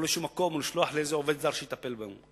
לאיזה מקום או לשלוח איזה עובד זר שיטפל בהם.